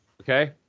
Okay